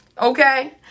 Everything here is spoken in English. Okay